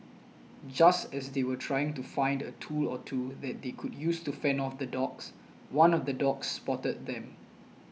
just as they were trying to find a tool or two that they could use to fend off the dogs one of the dogs spotted them